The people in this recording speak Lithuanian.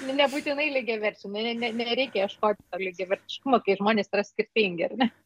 nebūtinai lygiaverčiai ne nereikia ieškoti to lygiavertiškumo kai žmonės yra skirtingi ar ne